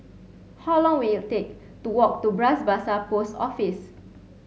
how long will take to walk to Bras Basah Post Office